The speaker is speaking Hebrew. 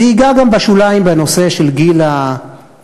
זה ייגע גם בשוליים בנושא של גיל הפרישה,